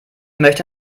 möchte